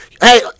hey